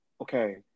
Okay